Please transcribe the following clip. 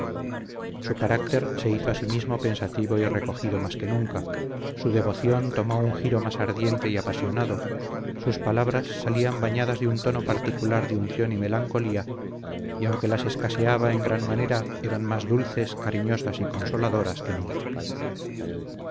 su carácter se hizo asimismo pensativo y recogido más que nunca su devoción tomó un giro más ardiente y apasionado sus palabras salían bañadas de un tono particular de unción y melancolía y aunque las escaseaba en gran manera eran más dulces cariñosas y consoladoras que nunca